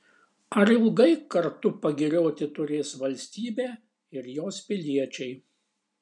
ar ilgai kartu pagirioti turės valstybė ir jos piliečiai